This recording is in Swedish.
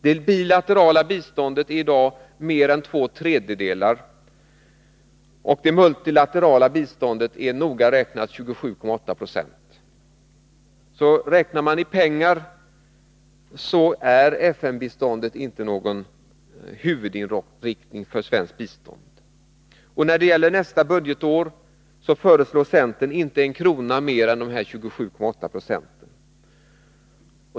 Det bilaterala biståndet utgör i dag mer än två tredjedelar av det totala biståndet, och det multilaterala biståndet är noga räknat 27,8 26. Räknar man i pengar finner man alltså att FN-biståndet inte är någon huvudinriktning för svenskt bistånd. När det gäller nästa budgetår föreslår centern inte en krona mer än de 27,8 procenten.